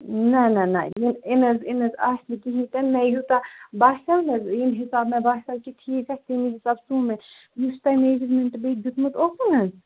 نہ نہ نہ یِنہٕ حظ یِنہٕ حظ آسہِ نہٕ کِہیٖنۍ تہِ نہٕ مےٚ یوٗتاہ باسیٚو نہ حظ ییٚمہِ حِسابہٕ مےٚ باسیٚو کہِ ٹھیٖک آسہِ تمے حِساب سوٗ مےٚ یُس تۄہہِ میجَرمٮ۪نٛٹ بیٚیہِ دیُتمُت اوسوٕ نہ حظ